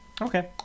Okay